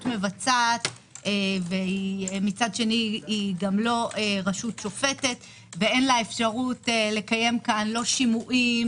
מבצעת ומצד שני לא רשות שופטת ואין לה אפשרות לקיים כאן לא שימועים